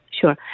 Sure